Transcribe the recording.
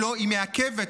היא מעכבת,